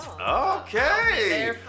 Okay